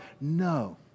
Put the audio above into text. No